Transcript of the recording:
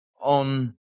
on